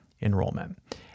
enrollment